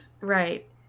Right